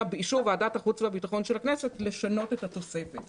באישור ועדת החוץ והביטחון של הכנסת לשנות את התוספת".